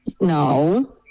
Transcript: No